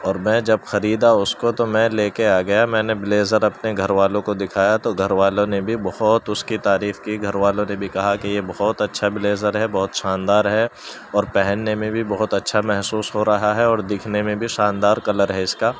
اور میں جب خریدا اس کو تو میں لے کے آ گیا میں نے بلیزر اپنے گھر والوں کو دکھایا تو گھر والوں نے بھی بہت اس کی تعریف کی گھر والوں نے بھی کہا کہ یہ بہت اچھا بلیزر ہے بہت شاندار ہے اور پہننے میں بھی بہت اچھا محسوس ہو رہا ہے اور دکھنے میں بھی شاندار کلر ہے اس کا